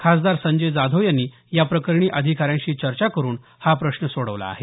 खासदार संजय जाधव यांनी याप्रकरणी अधिकाऱ्यांशी चर्चा करुन हा प्रश्न सोडवला आहे